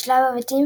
בשלב הבתים,